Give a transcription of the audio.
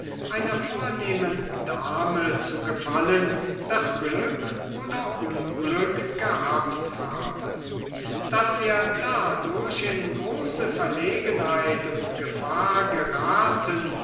einer vornehmen dame zu gefallen das glück oder unglück gehabt habe daß er dadurch in große verlegenheit und gefahr geraten